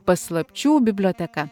paslapčių biblioteka